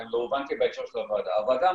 אם לא הובנתי בהקשר של הוועדה,